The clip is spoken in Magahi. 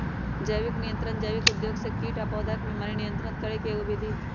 जैविक नियंत्रण जैविक उपयोग से कीट आ पौधा के बीमारी नियंत्रित करे के एगो विधि हई